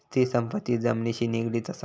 स्थिर संपत्ती जमिनिशी निगडीत असा